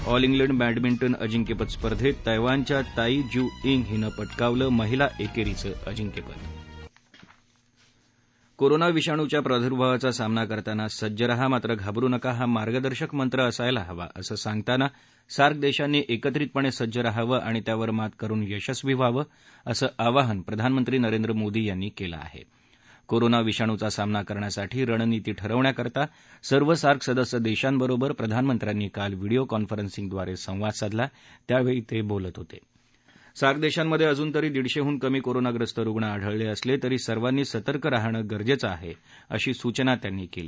all England badminton अजिक्यपद स्पर्धेत तैयवानच्या ताई जू यिंग हिनं पटकावल महिला एक्रििंचं अजिक्य पद कोरोना विषाणूच्या प्रादुर्भावाचा सामना करताना सज्ज राहा मात्र घाबरु नका हा मार्गदर्शक मंत्र असायला हवा असं सांगताना सार्क दध्यानी एकत्रितपणझिज्ज राहव आणि त्यावर मात करुन यशस्वी व्हावं असं आवाहन प्रधानमंत्री नरेंद्र मोदी यांनी कल्ल आहा कोरोना विषाणुवा सामना करण्यासाठी रणनीती ठरवण्यासाठी सर्व सार्क सदस्य दक्षीबरोबर प्रधानमंत्र्यांनी काल व्हिडीओ कॉन्फरन्सिंग द्वारखिवाद साधला त्यावछी तब्रिलत होता अर्वांनी आपली मत मांडणं महत्त्व पूर्ण आह सार्क दर्शनध्य अजूनतरी दिडशद्वि कमी कोरोनाग्रस्त रुग्ण आढळलअसला अरी सर्वांनी सर्तक राहण गरजपीआहअशी सूचना त्यांनी कली